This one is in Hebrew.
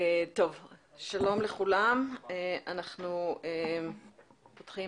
תציג בבקשה את התיקון שאנחנו עומדים